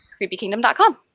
creepykingdom.com